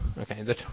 Okay